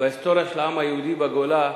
בהיסטוריה של העם היהודי בגולה,